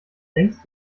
längst